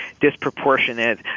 disproportionate